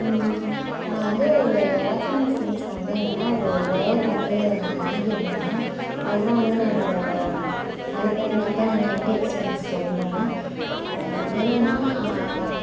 நான் வந்து ஒரு எலக்ட்ரானிக் சின்ஸில் வந்து என்னென்னா ஒரு ஒயர் வந்து நான் வாங்கியிருந்தேன் அதுதான் வந்து நான் என்னோட அதை பத்தினதுதான் நான் நெகட்டிவ் எக்ஸ்பீரியன்ஸ் சொல்கிறேன் என்னென்னா